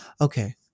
Okay